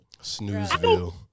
Snoozeville